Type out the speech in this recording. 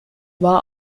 war